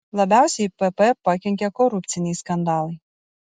labiausiai pp pakenkė korupciniai skandalai